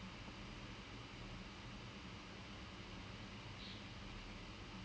like I just kept going at it because the injury happen right before the asia cup